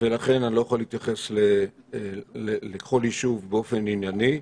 ולכן אני לא יכול להתייחס לכל יישוב באופן ענייני.